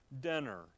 dinner